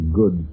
good